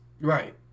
Right